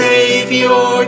Savior